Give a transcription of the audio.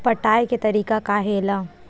पटाय के तरीका का हे एला?